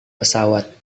pesawat